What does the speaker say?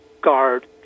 Guard